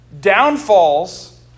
downfalls